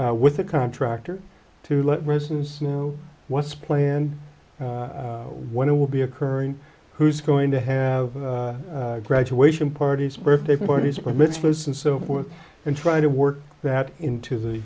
with a contractor to let residents know what's planned when it will be occurring who's going to have graduation parties birthday parties or misfits and so forth and try to work that into the